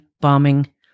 bombing